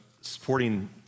supporting